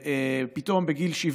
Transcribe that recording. ופתאום בגיל 70